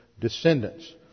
descendants